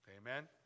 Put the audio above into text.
Amen